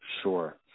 Sure